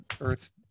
earth